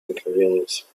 inconvenience